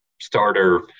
starter